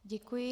Děkuji.